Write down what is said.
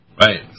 Right